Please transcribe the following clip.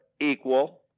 equal